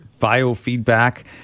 biofeedback